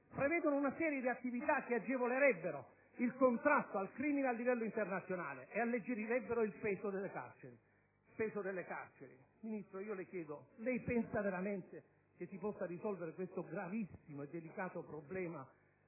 e una serie di attività che agevolerebbero il contrasto al crimine a livello internazionale e alleggerirebbero il peso nelle carceri. Ministro, lei pensa veramente che si possa risolvere questo gravissimo e delicato problema